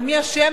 אבל מי אשם?